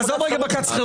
תעזוב רגע את בג"ץ חירות.